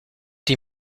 die